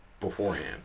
beforehand